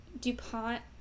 DuPont